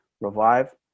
revive